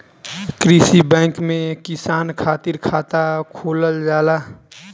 कृषि बैंक में किसान खातिर खाता खोलल जाला